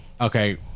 okay